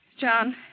John